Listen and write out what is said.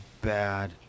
Bad